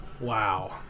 Wow